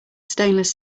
stainless